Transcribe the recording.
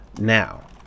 now